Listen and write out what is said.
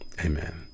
Amen